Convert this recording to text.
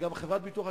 גם חברת ביטוח,